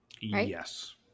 Yes